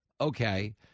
okay